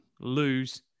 lose